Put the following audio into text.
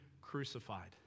crucified